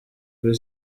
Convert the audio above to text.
kuri